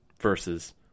Versus